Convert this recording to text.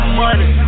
money